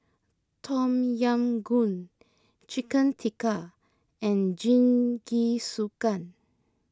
Tom Yam Goong Chicken Tikka and Jingisukan